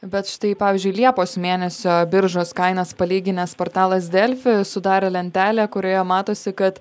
bet štai pavyzdžiui liepos mėnesio biržos kainas palyginęs portalas delfi sudarė lentelę kurioje matosi kad